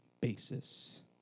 basis